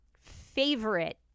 favorite